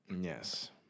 Yes